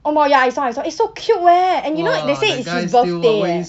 omo ya I saw I saw eh so cute leh and you know they say is his birthday eh